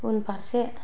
उनफारसे